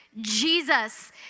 Jesus